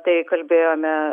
tai kalbėjome